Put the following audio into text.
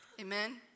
Amen